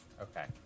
Okay